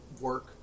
work